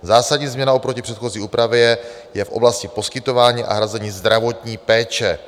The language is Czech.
Zásadní změna oproti předchozí úpravě je v oblasti poskytování a hrazení zdravotní péče.